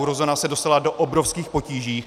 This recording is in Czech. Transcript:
Eurozóna se dostala do obrovských potíží.